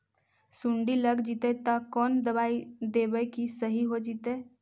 सुंडी लग जितै त कोन दबाइ देबै कि सही हो जितै?